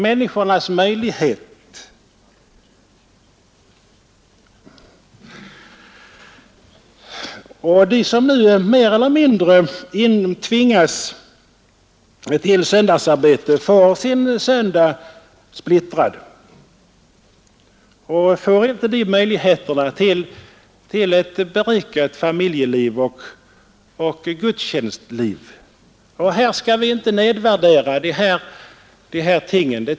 De som nu mer eller mindre tvingas till söndagsarbete får sin söndag splittrad och får inte samma möjligheter till ett berikande familjeliv och gudstjänstliv. Vi skall som politiker inte nedvärdera dessa ting.